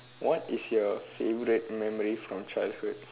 what is your favourite memory from childhood